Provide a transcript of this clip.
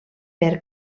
per